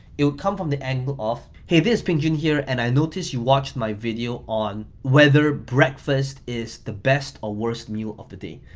it will come from the angle of, hey, this's peng joon here and i noticed you watched my video on whether breakfast is the best or worst meal of the day.